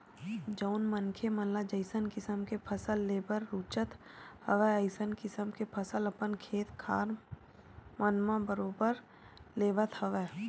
जउन मनखे मन ल जइसन किसम के फसल लेबर रुचत हवय अइसन किसम के फसल अपन खेत खार मन म बरोबर लेवत हवय